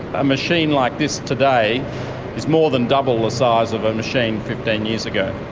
a machine like this today is more than double the size of a machine fifteen years ago.